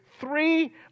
three